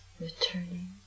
returning